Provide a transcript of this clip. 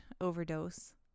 overdose